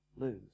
lose